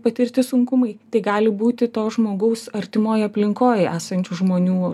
patirti sunkumai tai gali būti to žmogaus artimoj aplinkoj esančių žmonių